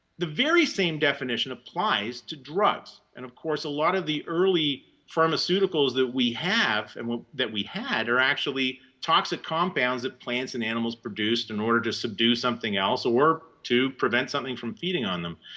the very same definition applies to drugs. and of course a lot of the early pharmaceuticals that we have and that we had are actually toxic compounds that plants and animals produced in order to subdue something else or to prevent something from feeding on them.